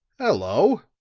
hello!